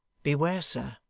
beware, sir,